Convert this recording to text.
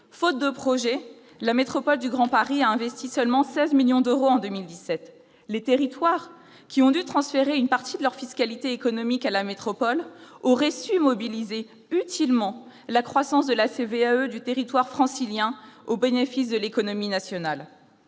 Faute de projet, la métropole du Grand Paris a investi seulement 16 millions d'euros en 2017. Les territoires, qui ont dû transférer une partie de leur fiscalité économique à la métropole, auraient su mobiliser utilement la croissance de la CVAE du territoire francilien au bénéfice de l'économie nationale.